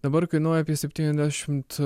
dabar kainuoja apie septyniasdešimt